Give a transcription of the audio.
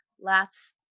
laughs